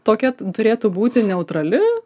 tokia turėtų būti neutrali